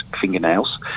fingernails